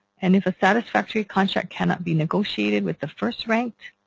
and if a satisfactory contract cannot be negotiated with the first ranked,